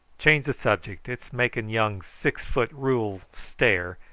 change the subject it's making young six-foot rule stare,